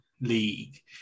league